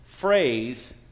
phrase